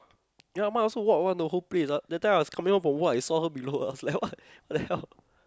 ya mine also walk [one] the whole place ah that time I was coming home from work I saw her below I was like what the hell